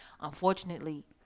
unfortunately